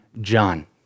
John